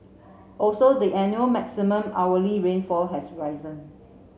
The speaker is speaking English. also the annual maximum hourly rainfall has risen